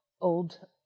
old